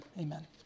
amen